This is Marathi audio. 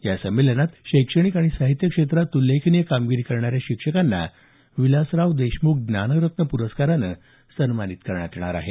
या संमेलनात शैक्षणिक आणि साहित्य क्षेत्रात उल्लेखनीय कामगिरी करणाऱ्या शिक्षकांना विलासराव देशमुख ज्ञानरत्न पुरस्कारानं सन्मानित करण्यात येणार आहे